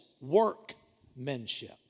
workmanship